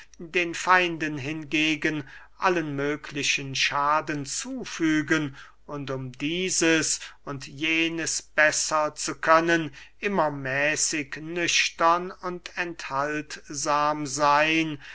den feinden hingegen allen möglichen schaden zufügen und um dieses und jenes besser zu können immer mäßig nüchtern und enthaltsam seyn